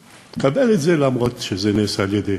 אני מקבל את זה למרות שזה נעשה על-ידי